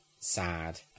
sad